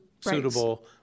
suitable